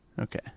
Okay